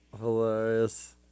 hilarious